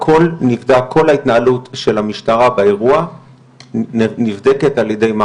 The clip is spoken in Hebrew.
כל ההתנהלות של המשטרה באירוע נבדקת על ידי מח"ש.